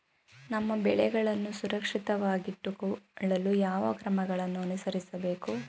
ನಮ್ಮ ಬೆಳೆಗಳನ್ನು ಸುರಕ್ಷಿತವಾಗಿಟ್ಟು ಕೊಳ್ಳಲು ಯಾವ ಕ್ರಮಗಳನ್ನು ಅನುಸರಿಸಬೇಕು?